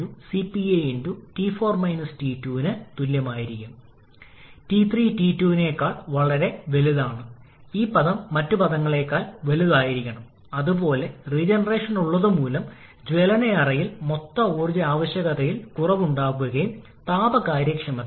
ഇത് ഒരു Ts പ്രാതിനിധ്യം ആകാം അതിനാൽ ഇവിടെ ഈ 3 4 ഈ പ്രത്യേക പ്രക്രിയ ഉയർന്ന മർദ്ദം ടർബൈനിന്റെ വികാസവുമായി യോജിക്കുന്നു കൂടാതെ 4 5 ലോ പ്രഷർ ടർബൈനിന്റെ വിപുലീകരണവുമാണ്